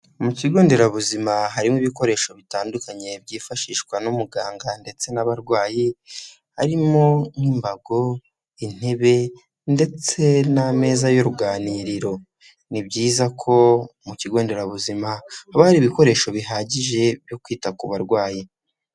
Mu kigo nderabuzima, harimo ibikoresho bitandukanye byifashishwa n'umuganga ndetse n'abarwayi, harimo nk'imbago, intebe ndetse n'ameza y'uruganiriro. Ni byiza ko mu kigo nderabuzima, haba ibikoresho bihagije byo kwita ku barwayi.